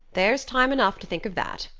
there's time enough to think of that,